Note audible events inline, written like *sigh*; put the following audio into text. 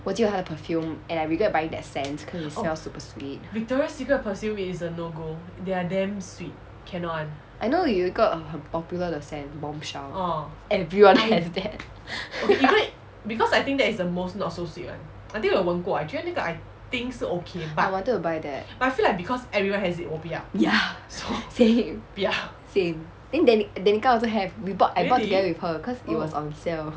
我只有它的 perfume and I regret buying that scent cause itself is super sweet I know 有一个很 popular 的 scent but bombshell everyone has that *laughs* ya same same then deni~ denika also have we bought I bought together with her cause it was on sale